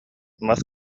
мас